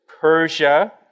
Persia